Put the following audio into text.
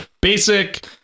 basic